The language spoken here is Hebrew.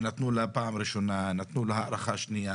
נתנו לה פעם ראשונה, נתנו לה הארכה שנייה